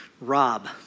Rob